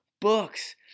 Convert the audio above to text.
books